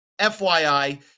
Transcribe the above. FYI